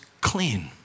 clean